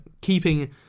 keeping